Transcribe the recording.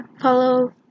follow